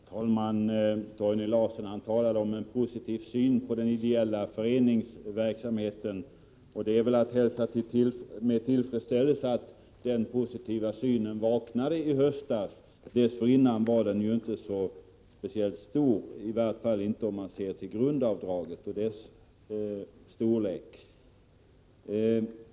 Herr talman! Torgny Larsson talar om en positiv syn på den ideella föreningsverksamheten. Det är att hälsa med tillfredsställelse att regeringen vaknade i höstas. Dessförinnan var inte den positiva synen så speciellt påfallande, i varje fall inte när det gäller grundavdragets storlek.